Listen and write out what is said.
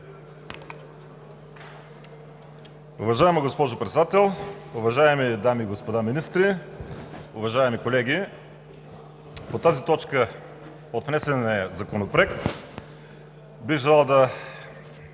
Уважаема госпожо Председател, уважаеми дами и господа министри, уважаеми колеги! По тази точка от внесения законопроект бих желал да